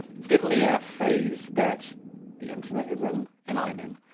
it's definitely a phase that the internet is in, and i'm in.